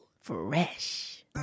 Fresh